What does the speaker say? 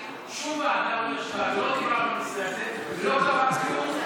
שום ועדה לא ישבה ולא טיפלה בנושא הזה ולא קרה כלום,